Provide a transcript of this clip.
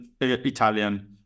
Italian